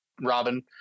Robin